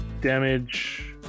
damage